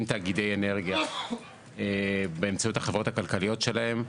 תאגידי אנרגיה באמצעות החברות הכלכליות שלהם.